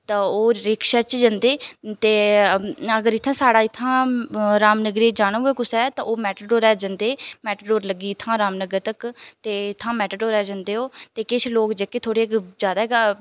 ते ओह् रिक्शा च जंदे ते अगर इ'त्थां साढ़ा इ'त्थां रामनगरै ई जाना होऐ कुसै ते ओह् मैटाडोरै पर जंदे मैटाडोर लग्गी दी इ'त्थां रामनगर तक ते इ'त्थां मैटाडोरा ई जंदे ओह् किश लोक जेह्के थोह्ड़े जादै